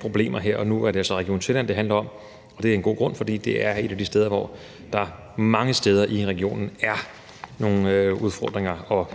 problemer. Her og nu er det så Region Sjælland, det handler om, og det er med god grund, for det er mange steder i regionen, at der er nogle udfordringer.